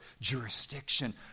jurisdiction